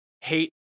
hate